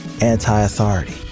Anti-authority